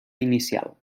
inicial